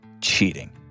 cheating